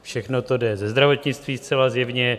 Všechno to jde ze zdravotnictví zcela zjevně.